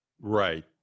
Right